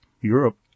Europe